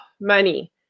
money